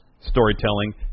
storytelling